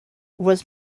was